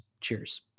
Cheers